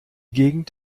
gegend